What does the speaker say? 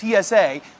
TSA